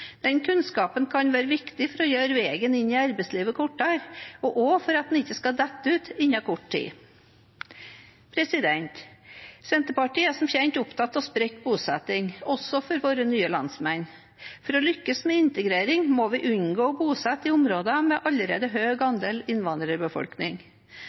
kunnskapen kan være viktig for å gjøre veien inn i arbeidslivet kortere, og også for at man ikke skal falle ut etter kort tid. Senterpartiet er som kjent opptatt av spredt bosetting, også for våre nye landsmenn. For å lykkes med integrering må vi unngå å bosette i områder med allerede